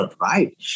right